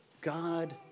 God